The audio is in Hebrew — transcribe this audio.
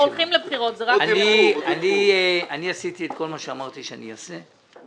אני עשיתי את כל מה שאמרתי שאני אעשה.